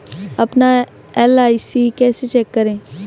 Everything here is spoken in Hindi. अपना एल.आई.सी कैसे चेक करें?